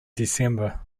december